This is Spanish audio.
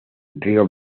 río